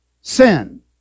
sin